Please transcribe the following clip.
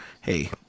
hey